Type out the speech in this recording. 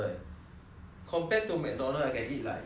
compared to McDonald's I can eat like five to ten